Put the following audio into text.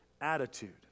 attitude